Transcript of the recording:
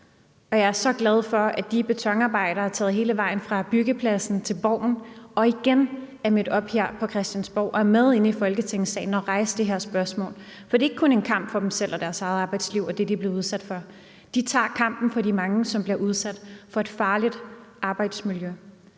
jeg er så glad for, at de betonarbejdere er taget hele vejen fra byggepladsen til Borgen og igen er mødt op her på Christiansborg og er med inde i Folketingssalen for at rejse det her spørgsmål. For det er ikke kun en kamp for dem selv og deres eget arbejdsliv og det, de er blevet udsat for. De tager kampen for de mange, der bliver udsat for et farligt arbejdsmiljø,